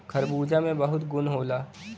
खरबूजा में बहुत गुन होला